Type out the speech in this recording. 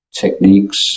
techniques